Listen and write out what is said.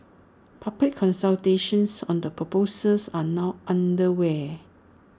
public consultations on the proposals are now underway